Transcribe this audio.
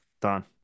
done